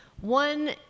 one